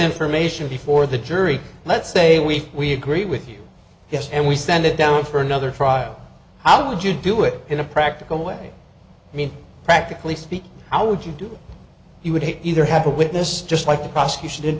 information before the jury let's say we agree with you yes and we send it down for another trial how would you do it in a practical way i mean practically speaking how would you do that you would either have a witness just like the prosecution